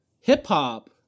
hip-hop